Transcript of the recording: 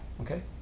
okay